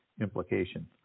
implication